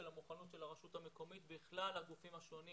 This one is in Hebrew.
המוכנות של הרשות המקומית בכלל הגופים השונים